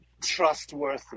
trustworthy